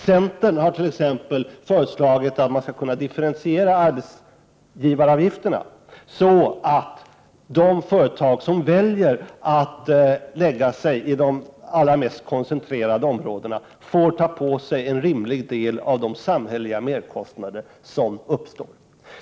Centern har t.ex. föreslagit att man skall kunna differentiera arbetsgivaravgifterna så att de företag som väljer att lägga sig i de allra mest koncentrerade områdena får ta på sig en rimlig del av de samhälleliga merkostnader som uppstår.